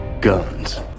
guns